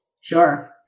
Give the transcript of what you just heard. Sure